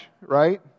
right